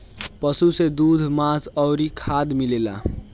पशु से दूध, मांस अउरी खाद मिलेला